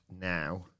now